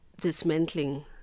dismantling